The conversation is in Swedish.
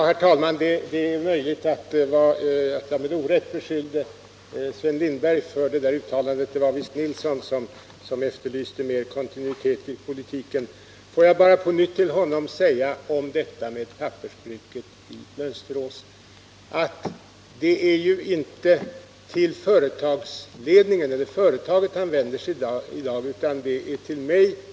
Herr talman! Det är möjligt att jag med orätt beskyllde Sven Lindberg för uttalandet om kontinuiteten i politiken — det var visst Bernt Nilsson som efterlyste en sådan. Får jag bara på nytt säga till Bernt Nilsson om pappersbruket i Mönsterås, att det är inte till företaget han i dag vänder sig utan till mig.